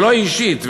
שלו אישית,